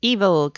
Evil